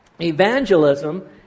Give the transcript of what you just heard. Evangelism